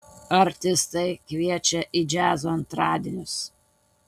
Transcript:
artistai kviečia į džiazo antradienius